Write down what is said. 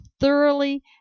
thoroughly